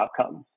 outcomes